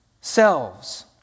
selves